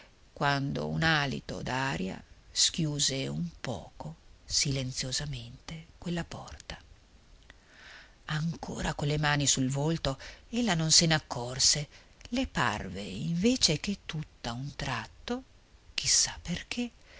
quando un alito d'aria schiuse un poco silenziosamente quella porta ancora con le mani sul volto ella non se n'accorse le parve invece che tutt'a un tratto chi sa perché